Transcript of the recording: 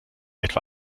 etwa